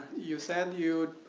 you said you